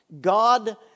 God